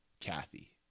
Kathy